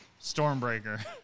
Stormbreaker